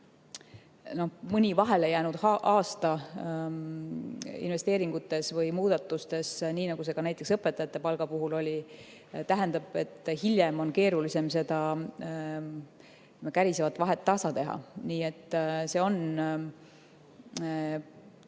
mõni vahele jäänud aasta investeeringutes või muudatustes, nii nagu see ka näiteks õpetajate palga puhul oli, tähendab, et hiljem on keerulisem seda kärisevat vahet tasa teha. Nii et see on